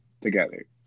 together